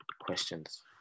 questions